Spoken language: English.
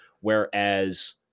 Whereas